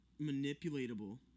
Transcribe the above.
manipulatable